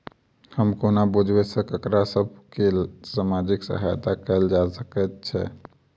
हम कोना बुझबै सँ ककरा सभ केँ सामाजिक सहायता कैल जा सकैत छै?